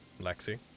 Lexi